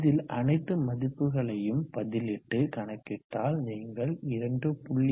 இதில் அனைத்து மதிப்புகளையும் பதிலிட்டு கணக்கிட்டால் நீங்கள் 2